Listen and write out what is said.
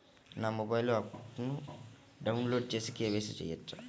నా మొబైల్లో ఆప్ను డౌన్లోడ్ చేసి కే.వై.సి చేయచ్చా?